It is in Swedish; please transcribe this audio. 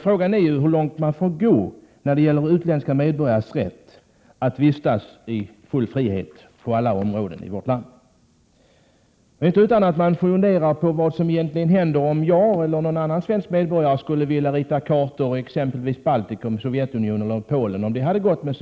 Frågan är hur långt man får gå när det gäller utländska medborgares rätt att vistas i full frihet på alla områden i vårt land. Det är inte utan att man funderar över vad som skulle hända om jag eller någon annan svensk medborgare skulle vilja rita kartor i exempelvis Baltikum, Sovjetunionen eller Polen. Skulle det gå att